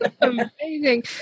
amazing